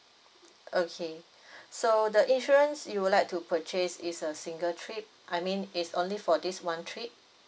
okay so the insurance you would like to purchase is a single trip I mean it's only for this one trip